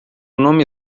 nome